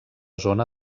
zona